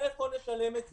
מאיפה נשלם את זה?